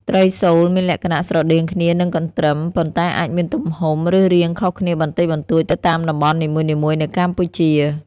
ត្រីសូល មានលក្ខណៈស្រដៀងគ្នានឹងកន្ទ្រឹម ប៉ុន្តែអាចមានទំហំ ឬរាងខុសគ្នាបន្តិចបន្តួចទៅតាមតំបន់នីមួយៗនៅកម្ពុជា។